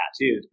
tattooed